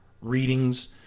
readings